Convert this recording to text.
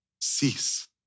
Cease